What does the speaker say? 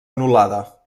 anul·lada